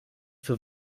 für